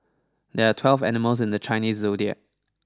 there are twelve animals in the Chinese Zodiac